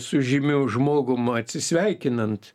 su žymiu žmogum atsisveikinant